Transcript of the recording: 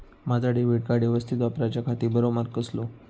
माजा debit card यवस्तीत वापराच्याखाती बरो मार्ग कसलो?